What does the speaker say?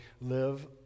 live